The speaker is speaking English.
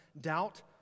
doubt